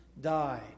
died